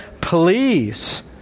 please